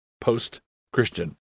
Post-Christian